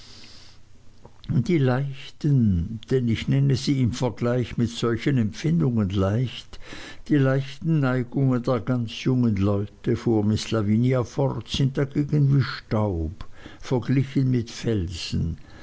die leichten denn ich nenne sie im vergleich mit solchen empfindungen leicht die leichten neigungen der ganz jungen leute fuhr miß lavinia fort sind dagegen wie staub verglichen mit felsen